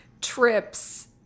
trips